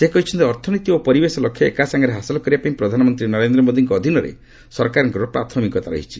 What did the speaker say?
ସେ କହିଛନ୍ତି ଅର୍ଥନୀତି ଓ ପରିବେଶ ଲକ୍ଷ୍ୟ ଏକା ସାଙ୍ଗରେ ହାସଲ କରିବା ପାଇଁ ପ୍ରଧାନମନ୍ତ୍ରୀ ନରେନ୍ଦ୍ର ମୋଦିଙ୍କ ଅଧୀନରେ ସରକାରଙ୍କର ପ୍ରାଥମିକତା ରହିଛି